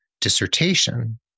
dissertation